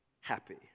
happy